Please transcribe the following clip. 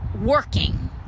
working